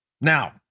Now